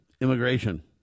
immigration